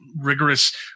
rigorous